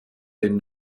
den